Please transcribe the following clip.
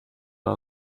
our